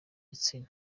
gitsina